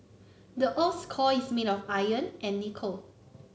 the earth's core is made of iron and nickel